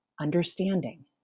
understanding